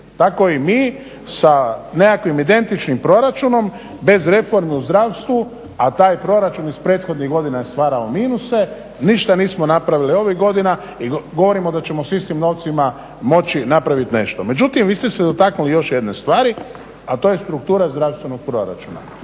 Tako i mi sa nekakvih identičnim proračunom bez reforme u zdravstvu a taj proračun iz prethodnih godina je stvarao minuse ništa nismo napravili ovih godina i govorimo da ćemo sa istim novcima moći napraviti nešto. Međutim, vi ste se dotaknuli još jedne stvari a to je struktura zdravstvenog proračuna.